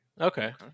Okay